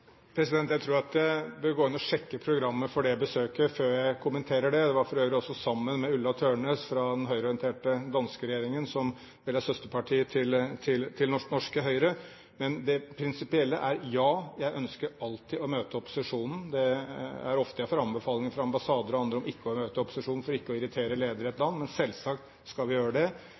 Jeg tror jeg vil gå inn og sjekke programmet for det besøket før jeg kommenterer det – det var for øvrig også sammen med Ulla Tørnæs fra den høyreorienterte danske regjeringen, som står nær det norske Høyre. Men det prinsipielle er: Ja, jeg ønsker alltid å møte opposisjonen. Det er ofte jeg får anbefalinger fra ambassader og andre om ikke å møte opposisjonen for ikke å irritere ledere i et land. Men selvsagt skal vi gjøre det.